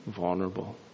vulnerable